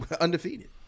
Undefeated